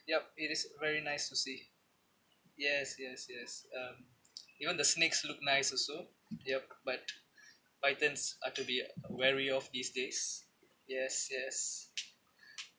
yup it is very nice to see yes yes yes um even the snakes look nice also yup but pythons are to be wary of these days yes yes